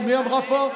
מי אמרה פה,